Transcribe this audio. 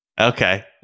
Okay